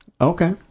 Okay